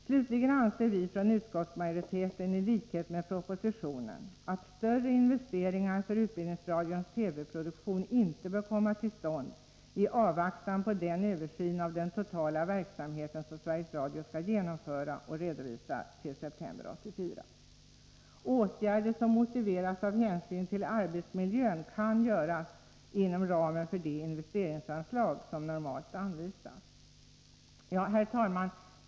Slutligen anser vi från utskottsmajoriteten, i likhet med propositionen, att större investeringar för utbildningsradions TV-produktion inte bör komma tillstånd i avvaktan på den översyn av den totala verksamheten som Sveriges Radio skall genomföra och redovisa till september 1984. Åtgärder som motiveras av hänsyn till arbetsmiljön kan göras inom ramen för det investeringsanslag som normalt anvisas. Herr talman!